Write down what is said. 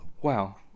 wow